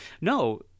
No